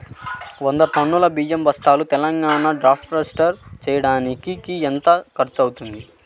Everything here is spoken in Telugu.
వంద టన్నులు బియ్యం బస్తాలు తెలంగాణ ట్రాస్పోర్ట్ చేయటానికి కి ఎంత ఖర్చు అవుతుంది?